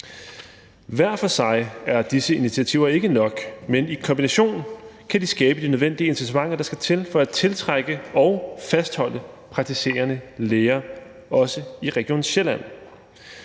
Hver for sig er disse initiativer ikke nok, men i kombination kan de skabe de nødvendige incitamenter, der skal til, for at tiltrække og fastholde praktiserende læger, også i Region Sjælland.